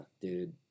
dude